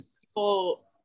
people